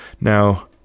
now